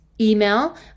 email